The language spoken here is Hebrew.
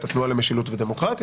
במסגרת התנועה למשילות ודמוקרטיה,